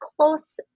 close